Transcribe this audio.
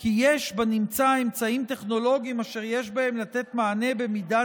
כי יש בנמצא אמצעים טכנולוגיים אשר יש בהם לתת מענה במידה